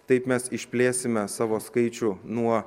taip mes išplėsime savo skaičių nuo